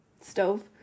stove